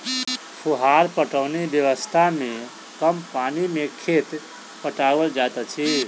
फुहार पटौनी व्यवस्था मे कम पानि मे खेत पटाओल जाइत अछि